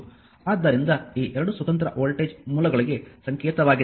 ಆದ್ದರಿಂದ ಈ 2 ಸ್ವತಂತ್ರ ವೋಲ್ಟೇಜ್ ಮೂಲಗಳಿಗೆ ಸಂಕೇತವಾಗಿದೆ